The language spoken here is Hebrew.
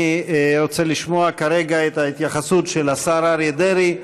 אני רוצה לשמוע כרגע את ההתייחסות של השר אריה דרעי,